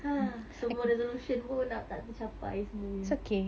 semua resolution pun dah tak tercapai semuanya